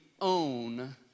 own